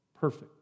perfect